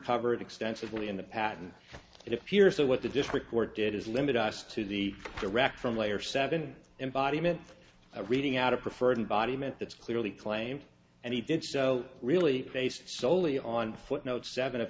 covered extensively in the patent it appears so what the district court did is limit us to the direct from layer seven embodiment of reading out of preferred and body meant that's clearly claimed and he did so really based soley on footnotes seven